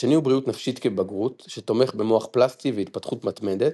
השני הוא בריאות נפשית כבגרות שתומך במוח פלסטי והתפתחות מתמדת,